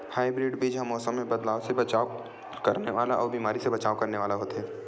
hybrid बीज हा मौसम मे बदलाव से बचाव करने वाला अउ बीमारी से बचाव करने वाला होथे